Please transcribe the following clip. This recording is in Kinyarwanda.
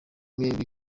mwembi